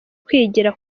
kwigira